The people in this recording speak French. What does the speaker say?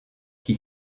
qui